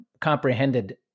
comprehended